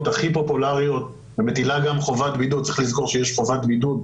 הכי פופולריות ומטילה גם חובת בידוד,